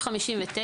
כן.